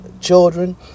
children